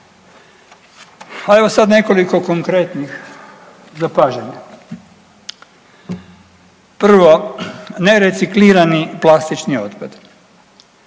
A za sad nekoliko konkretnih zapažanja. Prvo nereciklirani plastični otpad.